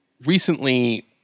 Recently